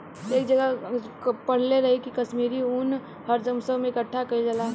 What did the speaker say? हम एक जगह पढ़ले रही की काश्मीरी उन हर मौसम में इकठ्ठा कइल जाला